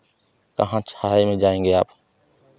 कहाँ छाये में जाएंगे आप